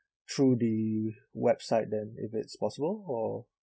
through the website then if it's possible or